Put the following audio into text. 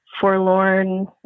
forlorn